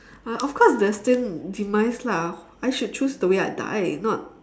uh of course destined demise lah I should choose the way I die not